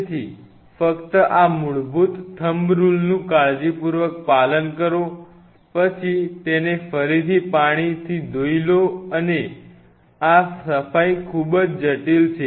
તેથી ફક્ત આ મૂળભૂત થંબ રુલ નું કાળજીપૂર્વક પાલન કરો પછી તેને ફરીથી પાણીથી ધોઈ લો અને આ સફાઈ ખૂબ જટિલ છે